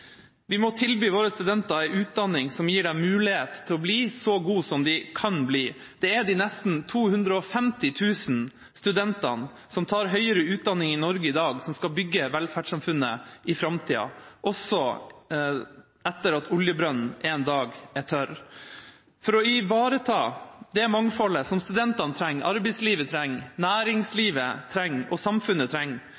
Vi må tilby studentene våre en utdanning som gir dem mulighet til å bli så gode som de kan bli. Det er de nesten 250 000 studentene som tar høyere utdanning i Norge i dag, som skal bygge velferdssamfunnet i framtida, også etter at oljebrønnen en dag er tørr. For å ivareta det mangfoldet som studentene, arbeidslivet, næringslivet og samfunnet trenger,